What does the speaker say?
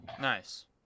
Nice